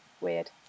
weird